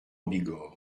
bigorre